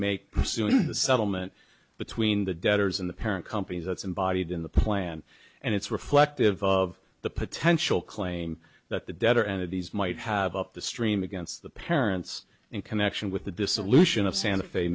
the settlement between the debtors and the parent company that's embodied in the plan and it's reflective of the potential claim that the debtor entities might have up the stream against the parents in connection with the dissolution of santa fe